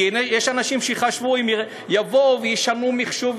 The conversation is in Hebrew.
כי יש אנשים שחשבו שיבואו וישנו את המחשוב.